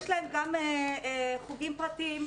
יש להם גם חוגים פרטיים,